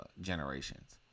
generations